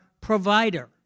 provider